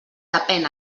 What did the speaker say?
depèn